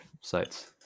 sites